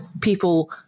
people